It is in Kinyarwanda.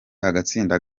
agatsinda